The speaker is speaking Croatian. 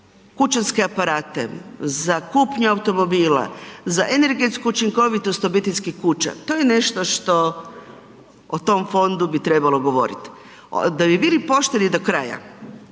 kućanske aparate, za kupnju automobila, za energetsku učinkovitost obiteljskih kuća, to je što što o tom fondu bi trebalo govoriti. Da bi bili pošteni do kraja,